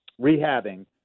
rehabbing